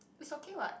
is okay what